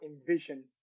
envision